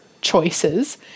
choices